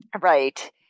Right